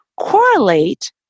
correlate